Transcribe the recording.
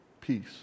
peace